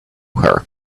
her